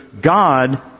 God